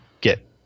get